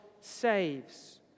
saves